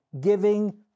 giving